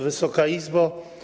Wysoka Izbo!